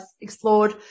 explored